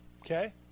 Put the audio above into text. okay